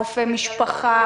רופא משפחה,